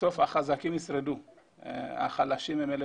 בסוף החזקים ישרדו אבל החלשים הם אלה